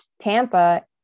Tampa